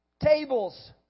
Tables